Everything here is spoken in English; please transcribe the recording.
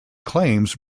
claims